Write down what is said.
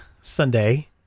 Sunday